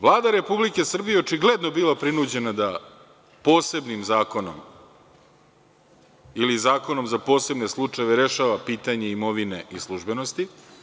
Vlada Republike Srbije je očigledno bila prinuđena da posebnim zakonom ili zakonom za posebne slučajeve rešava pitanje imovine i službenosti.